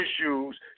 issues